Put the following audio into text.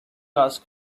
ask